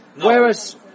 Whereas